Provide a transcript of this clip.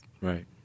right